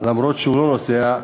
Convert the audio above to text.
אף שהוא לא נוסע.